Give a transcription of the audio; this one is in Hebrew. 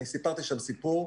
אני סיפרתי שם סיפור,